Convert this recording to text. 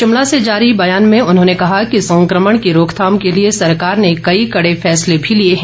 शिमला से जारी बयान में उन्होंने कहा कि संक्रमण की रोकथाम के लिए सरकार ने कई कड़े फैसले भी लिए हैं